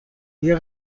اگه